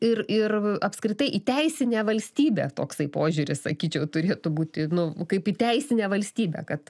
ir ir apskritai į teisinę valstybę toksai požiūris sakyčiau turėtų būti nu kaip į teisinę valstybę kad